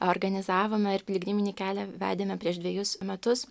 organizavome ir piligriminį kelią vedėme prieš dvejus metus